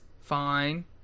fine